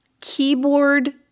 keyboard